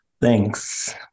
Thanks